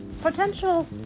potential